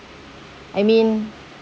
I mean